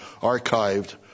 archived